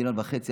מיליון וחצי,